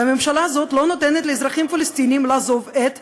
והממשלה הזאת לא נותנת לאזרחים פלסטינים לעזוב את רצועת-עזה.